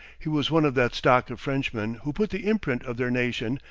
he was one of that stock of frenchmen who put the imprint of their nation,